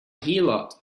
heelot